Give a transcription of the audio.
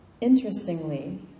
Interestingly